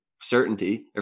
certainty